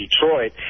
Detroit